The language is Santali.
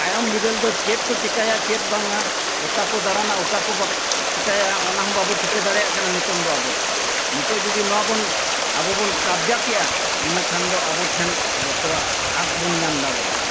ᱛᱟᱭᱚᱢ ᱵᱤᱫᱟᱹᱞ ᱫᱚ ᱪᱮᱫ ᱠᱚ ᱪᱤᱠᱟᱹᱭᱟ ᱪᱮᱫ ᱵᱟᱝᱟ ᱚᱠᱟ ᱠᱚ ᱫᱟᱬᱟᱱᱟ ᱚᱠᱟ ᱠᱚ ᱵᱟᱠᱚ ᱪᱤᱠᱟᱹᱭᱟ ᱚᱱᱟ ᱦᱚᱸ ᱵᱟᱵᱚ ᱴᱷᱤᱠᱟᱹ ᱫᱟᱲᱮᱭᱟᱜ ᱠᱟᱱᱟ ᱱᱤᱛᱳᱜ ᱫᱚ ᱟᱵᱚ ᱫᱚ ᱱᱤᱛᱳᱜ ᱡᱩᱫᱤ ᱱᱚᱣᱟ ᱵᱚᱱ ᱟᱵᱚ ᱵᱚᱱ ᱠᱟᱯᱡᱟᱠᱮᱜᱼᱟ ᱤᱱᱟᱹ ᱠᱷᱟᱱ ᱫᱚ ᱟᱵᱚ ᱴᱷᱮᱱ ᱡᱷᱚᱛᱚᱣᱟᱜ ᱦᱚᱠ ᱵᱚᱱ ᱧᱟᱢ ᱫᱟᱲᱮᱭᱟᱜᱼᱟ